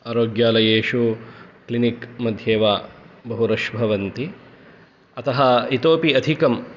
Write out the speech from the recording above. आरोग्यालयेषु clinic मध्ये वा बहु रष् भवन्ति अतः इतोपि अधिकं